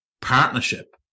partnership